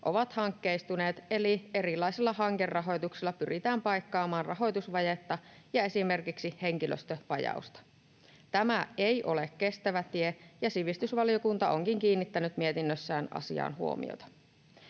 ovat hankkeistuneet, eli erilaisilla hankerahoituksilla pyritään paikkaamaan rahoitusvajetta ja esimerkiksi henkilöstövajausta. Tämä ei ole kestävä tie, ja sivistysvaliokunta onkin kiinnittänyt mietinnössään asiaan huomiota.